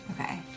okay